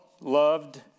loved